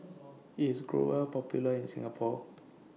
IS Growell Popular in Singapore